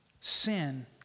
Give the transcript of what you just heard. sin